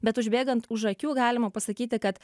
bet užbėgant už akių galima pasakyti kad